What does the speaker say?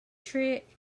trick